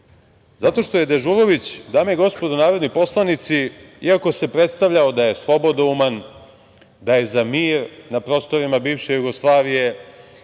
Zato što je Dežulović, dame i gospodo narodni poslanici, iako se predstavljao da je slobodouman, da je za mir na prostorima bivše Jugoslavije,